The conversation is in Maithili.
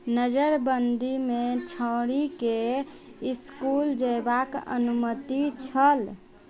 नजरबन्दीमे छौड़ीकेँ ईस्कुल जएबाक अनुमति छल